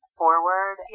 forward